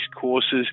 courses